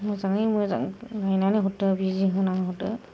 मोजाङै मोजां नायनानै हरदो बिजि होनानै हरदो